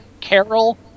Carol